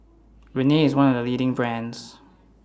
Rene IS one of The leading brands